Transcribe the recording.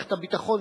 למערכת הביטחון,